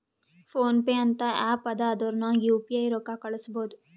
phone pay ಅಂತ app ಅದಾ ಅದುರ್ನಗ್ ಯು ಪಿ ಐ ರೊಕ್ಕಾ ಕಳುಸ್ಬೋದ್